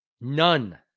None